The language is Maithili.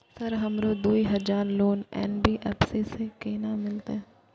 सर हमरो दूय हजार लोन एन.बी.एफ.सी से केना मिलते?